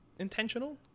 intentional